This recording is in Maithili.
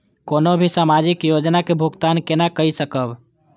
कोनो भी सामाजिक योजना के भुगतान केना कई सकब?